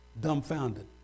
dumbfounded